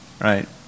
right